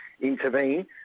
intervene